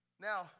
now